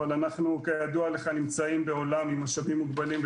אבל אנחנו כידוע לך נמצאים בעולם עם משאבים מוגבלים,